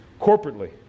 corporately